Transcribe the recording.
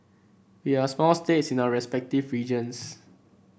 we are small states in our respective regions